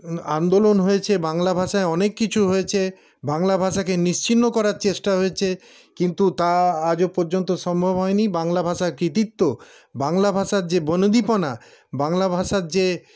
আন্দোলন হয়েছে বাংলা ভাষায় অনেক কিছু হয়েছে বাংলা ভাষাকে নিশ্চিহ্ন করার চেষ্টা হয়েছে কিন্তু তা আজও পর্যন্ত সম্ভব হয়নি বাংলা ভাষার কৃতিত্ব বাংলা ভাষার যে বনেদিপনা বাংলা ভাষার যে